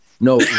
No